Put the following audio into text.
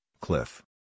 cliff